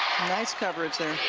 nice coverage there.